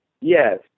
Yes